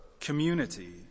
community